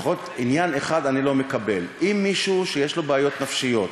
לפחות עניין אחד אני לא מקבל: אם מישהו שיש לו בעיות נפשיות,